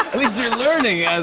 least you're learning